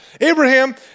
Abraham